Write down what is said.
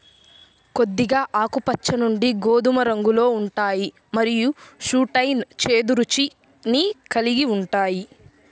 కొద్దిగా ఆకుపచ్చ నుండి గోధుమ రంగులో ఉంటాయి మరియు ఘాటైన, చేదు రుచిని కలిగి ఉంటాయి